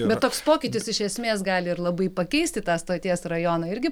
bet koks pokytis iš esmės gali ir labai pakeisti tą stoties rajoną irgi